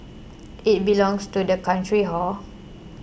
it belongs to the country hor